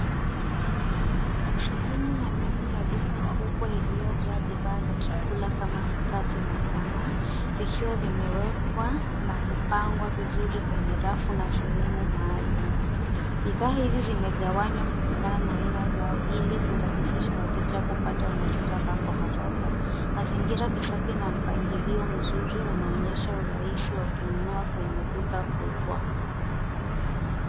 Sehemu ya ndani ya duka kubwa iliyojaa bidhaa ya chakula kama mkate na nyama vikiwa vimewekwa na kupangwa vizuri kwenye rafu na sehemu maalum. Bidhaa hizi zimegawanywa kulingana na aina zao ili kurahisisha wateja kupata wanachotaka kwa haraka. Mazingira ni safi na mpangilio mzuri unaonyesha urahisi wa kununua kwenye duka kubwa.